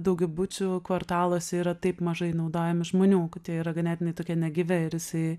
daugiabučių kvartaluose yra taip mažai naudojami žmonių kad jie yra ganėtinai tokie negyvi ir jisai